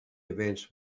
events